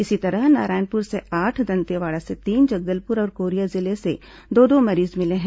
इसी तरह नारायणपुर से आठ दंतेवाड़ा से तीन जगदलपुर और कोरिया जिले से दो दो मरीज मिले हैं